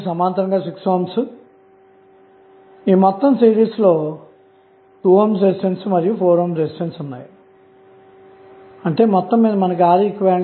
slide సమయం చూడండి933 ఇప్పుడు థెవినిన్ వోల్టేజ్ విలువను తెలుసుకోవడం మన తదుపరి పని